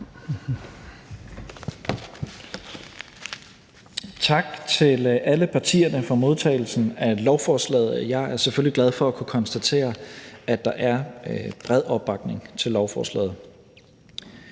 Tak til alle partierne for modtagelsen af lovforslaget. Jeg er selvfølgelig glad for at kunne konstatere, at der er bred opbakning til lovforslaget.